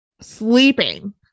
sleeping